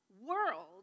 world